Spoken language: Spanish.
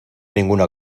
ninguna